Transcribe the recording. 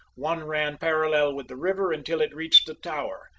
one ran parallel with the river until it reached the tower,